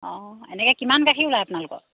অঁ এনেকৈ কিমান গাখীৰ ওলায় আপোনালোকৰ